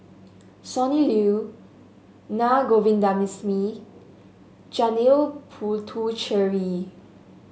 Sonny Liew Naa Govindasamy Janil Puthucheary